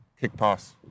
kick-pass